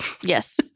Yes